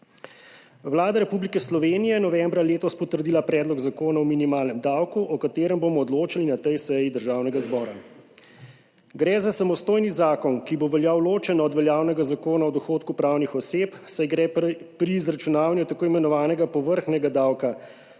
Vlada Republike Slovenije je novembra letos potrdila Predlog zakona o minimalnem davku, o katerem bomo odločali na tej seji Državnega zbora. Gre za samostojni zakon, ki bo veljal ločeno od veljavnega Zakona o dohodku pravnih oseb, saj gre pri izračunavanju tako imenovanega povrhnjega davka